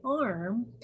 arm